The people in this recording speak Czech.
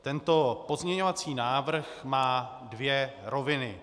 Tento pozměňovací návrh má dvě roviny.